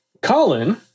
Colin